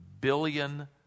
billion